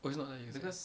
oh it's not light years